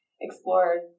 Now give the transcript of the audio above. explored